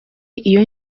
iyo